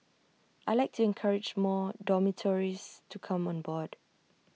I Like to encourage more dormitories to come on board